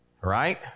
Right